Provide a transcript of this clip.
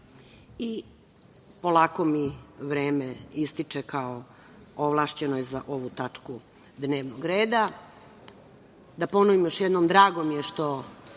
mi vreme ističe kao ovlašćenoj za ovu tačku dnevnog reda. Da ponovim još jednom, drago mi je što